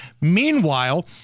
Meanwhile